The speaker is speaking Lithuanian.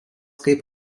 kaip